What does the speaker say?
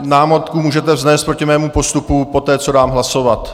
Námitku můžete vznést proti mému postupu poté, co dám hlasovat.